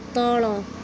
ତଳ